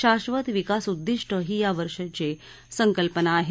शाधत विकास उद्विष्ट ही या वर्षीची संकल्पना आहे